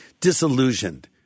disillusioned